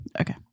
Okay